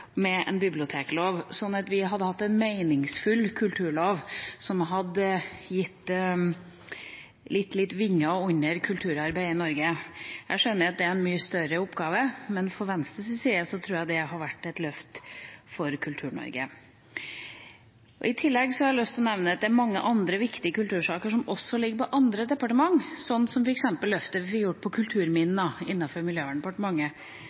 biblioteklov. Da hadde vi hatt en meningsfull kulturlov, som hadde gitt litt vinger for kulturarbeidet i Norge. Jeg skjønner at dette er en mye større oppgave, men fra Venstres side tror jeg det hadde vært et løft for Kultur-Norge. I tillegg har jeg lyst til å nevne at det er mange andre viktige kultursaker som ligger under andre departement, slik som f. eks. løftet vi fikk gjort med kulturminner innenfor Miljøverndepartementet,